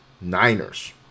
Niners